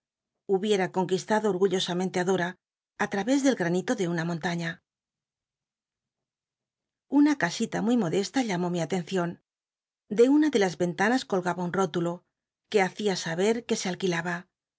hubiera conquistado orgullosamenle á dora á través el gr anito de una montaiía una casita muy modesta llamó mi atencion de una de las ventanas colgaba un rútulo que hacia saber que se alquilaba